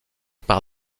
par